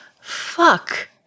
fuck